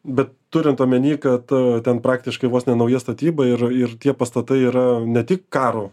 bet turint omeny kad ten praktiškai vos ne nauja statyba ir ir tie pastatai yra ne tik karo